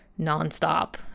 nonstop